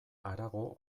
harago